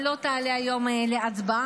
אבל לא תעלה היום להצבעה,